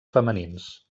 femenins